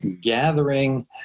gathering